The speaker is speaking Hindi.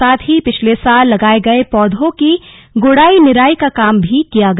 साथ ही पिछले साल लगाए गए पौधों की गुड़ाई निराई का काम भी किया गया